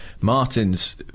Martin's